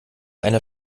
eine